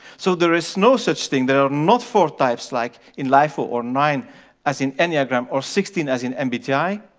so there is no such thing, there are not four types like in lifo or nine as in enneagram or sixteen as in and but yeah